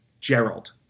gerald